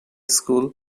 school